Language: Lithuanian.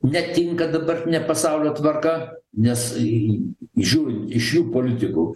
netinka dabartinė pasaulio tvarka nes į į žiūrint iš šių politikų